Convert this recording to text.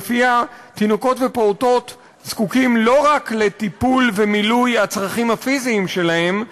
שלפיה תינוקות ופעוטות זקוקים לא רק לטיפול ומילוי הצרכים הפיזיים שלהם,